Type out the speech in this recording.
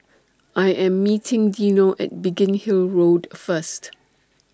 I Am meeting Dino At Biggin Hill Road First